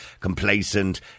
complacent